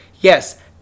yes